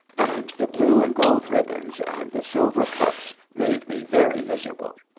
and the blue and gold ribbons and the silver cups made me very miserable.